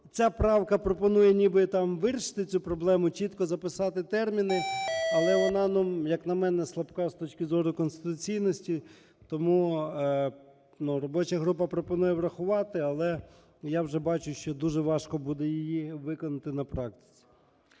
Ця правка пропонує ніби там вирішити цю проблему, чітко записати терміни. Але вона, як мене, слабка з точки зору конституційності. Тому робоча група пропонує врахувати. Але я вже бачу, що дуже важко буде її виконати на практиці.